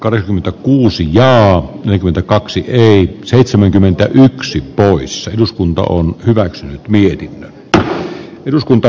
kari kuusi ja yli kymmentä kaksi seitsemänkymmentäyksi kourissa eduskunta on hyväksynyt kannatan ed